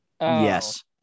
Yes